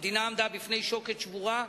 המדינה עמדה בפני שוקת שבורה,